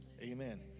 Amen